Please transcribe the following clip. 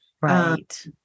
right